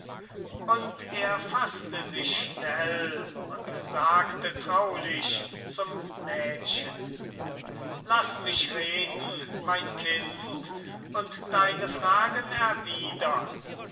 und er faßte sich schnell und sagte traulich zum mädchen laß mich reden mein kind und deine fragen erwidern